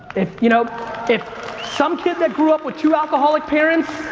if you know if some kid that grew up with two alcoholic parents,